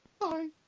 Bye